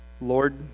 Lord